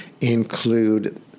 include